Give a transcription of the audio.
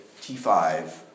T5